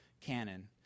canon